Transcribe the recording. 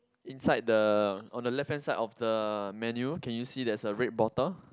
inside the on the left hand side of the menu can you see there's a red bottle